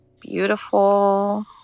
beautiful